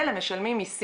מנחת